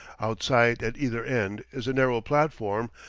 outside at either end is a narrow platform,